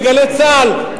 ב"גלי צה"ל",